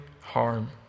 harm